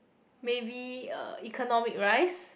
maybe uh economic rice